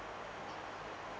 like